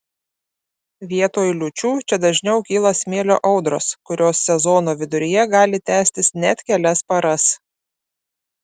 vietoj liūčių čia dažniau kyla smėlio audros kurios sezono viduryje gali tęstis net kelias paras